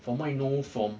from what I know from